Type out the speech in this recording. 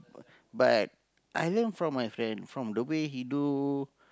but I learn from my friend from the way he do